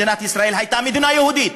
מדינת ישראל הייתה מדינה יהודית,